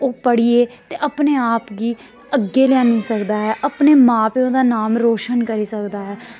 ओह् पढ़ियै ते अपने आप गी अग्गें लेआनी सकदा ऐ अपने मां प्यो दा नाम रोशन करी सकदा ऐ